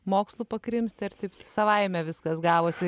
mokslų pakrimsti ir taip savaime viskas gavosi